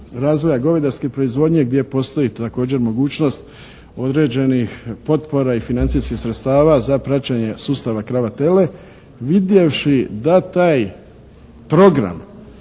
razvoja govedarske proizvodnje gdje postoji također mogućnost određenih potpora i financijskih sredstava za praćenje sustava krava tele. Vidjevši da taj program